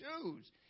choose